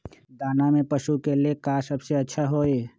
दाना में पशु के ले का सबसे अच्छा होई?